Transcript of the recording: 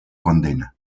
condena